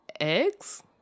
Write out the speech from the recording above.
eggs